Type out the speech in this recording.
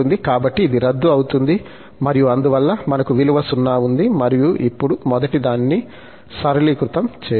కాబట్టి ఇది రద్దు అవుతుంది మరియు అందువల్ల మనకు విలువ 0 ఉంది మరియు ఇప్పుడు మొదటిదాన్ని సరళీకృతం చేయవచ్చు